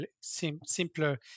simpler